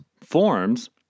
forms